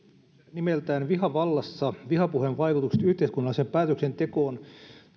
nimeltään viha vallassa vihapuheen vaikutukset yhteiskunnalliseen päätöksentekoon